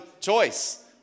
choice